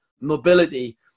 mobility